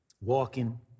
walking